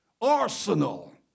arsenal